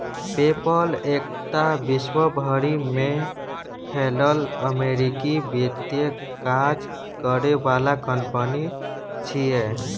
पे पल एकटा विश्व भरि में फैलल अमेरिकी वित्तीय काज करे बला कंपनी छिये